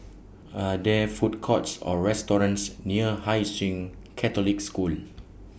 Are There Food Courts Or restaurants near Hai Sing Catholic School